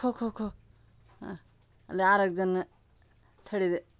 খো খো খো হ আলে আর আরক জেন ছড়ি দে